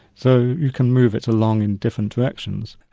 so you can move it along in different directions.